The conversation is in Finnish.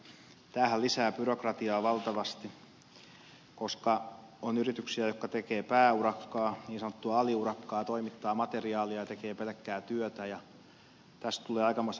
tämähän lisää byrokratiaa valtavasti koska on yrityksiä jotka tekevät pääurakkaa niin sanottua aliurakkaa toimittavat materiaalia ja tekevät pelkkää työtä ja tästä tulee aikamoista sekaannusta ja ristiriitaa